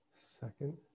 Second